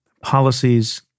policies